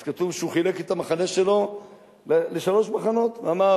אז כתוב שהוא חילק את המחנה שלו לשלושה מחנות: והיה,